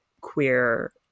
queer